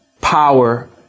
power